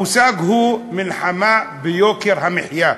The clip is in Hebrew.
המושג הוא: מלחמה ביוקר המחיה.